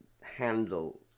handle